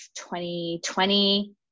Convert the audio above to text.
2020